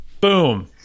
Boom